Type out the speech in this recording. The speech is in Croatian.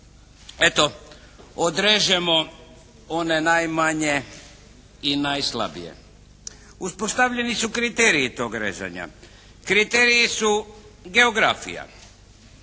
eto odrežemo one najmanje i najslabije. Uspostavljeni su kriteriji tog rezanja. Kriteriji su geografija.